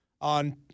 on